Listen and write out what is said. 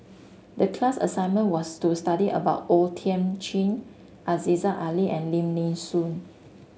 the class assignment was to study about O Thiam Chin Aziza Ali and Lim Nee Soon